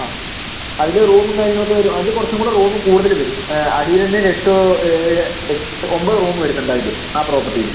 അ അതില് റൂമും കാര്യങ്ങളൊക്കെ വരും അതില് കുറച്ചും കൂടെ റൂമ് കൂടുതല് വരും അടിയില് തന്നെ എട്ട് ഏഴ് എട്ട് ഒമ്പത് റൂമ് വരുന്നുണ്ട് അതില് ആ പ്രോപ്പർട്ടീയിൽ